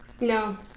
no